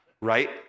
right